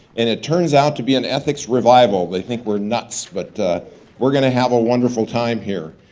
and it turns out to be an ethics revival. they think we're nuts but we're gonna have a wonderful time here.